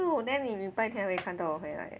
oh then 你礼拜天会看到我回来 eh